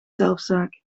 zelfzaak